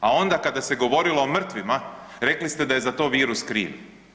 A onda kada se govorilo o mrtvima, rekli ste da je za to virus kriv.